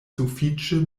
sufiĉe